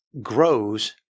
grows